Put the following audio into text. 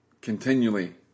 continually